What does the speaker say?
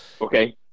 okay